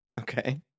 Okay